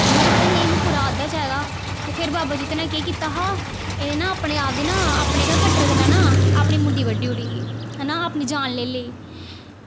इनें आखेआ नेईं मिगी पूरा अद्धा चाहिदा ते फिर बावा जित्तो नै केह् कीता हा एह् ना अपने आप गी ना अपने गै कट्टर कन्नै ना अपनी मुंडी बड्ढी ओड़ी ही है ना अपनी जान लेई लेई